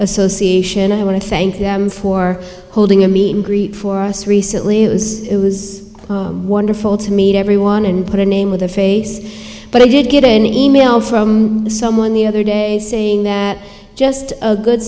association i want to thank them for holding a meet and greet for us recently it was it was wonderful to meet everyone and put a name with a face but i did get an e mail from someone the other day saying that just a good